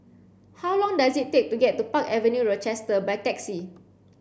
how long does it take to get to Park Avenue Rochester by taxi